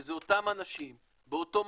שזה אותם אנשים באותו מקום,